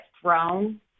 thrown